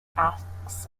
acts